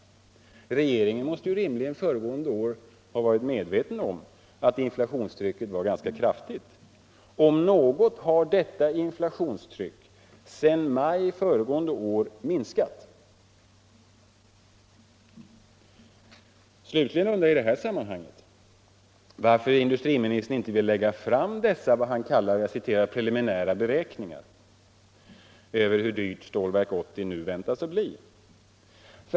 Regeringen måste ju i maj förra året ha varit medveten om att inflationstrycket var ganska kraftigt. Om något har detta inflationstryck sedan maj förra året minskat. Slutligen undrar jag varför industriministern inte vill lägga fram dessa som han kallar preliminära beräkningar över hur dyrt Stålverk 80 nu väntas bli.